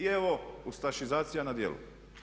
I evo ustašizacija na djelu.